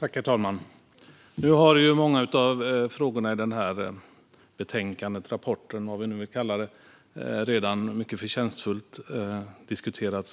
Herr talman! Många av frågorna i betänkandet har redan diskuterats mycket förtjänstfullt